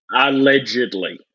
Allegedly